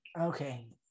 Okay